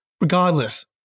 Regardless